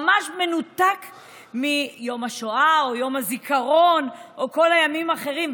ממש מנותק מיום השואה או יום הזיכרון או כל הימים האחרים,